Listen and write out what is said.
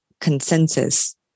consensus